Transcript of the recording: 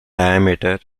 diameter